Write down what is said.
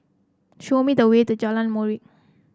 show me the way to Jalan Molek